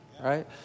right